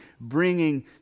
bringing